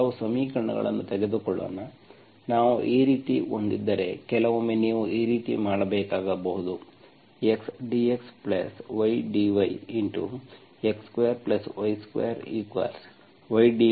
ನಾವು ಕೆಲವು ಸಮೀಕರಣಗಳನ್ನು ತೆಗೆದುಕೊಳ್ಳೋಣ ನಾವು ಈ ರೀತಿ ಹೊಂದಿದ್ದರೆ ಕೆಲವೊಮ್ಮೆ ನೀವು ಈ ರೀತಿ ಮಾಡಬೇಕಾಗಬಹುದು x dxy dyx2y2 y dx x dy